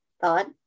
thought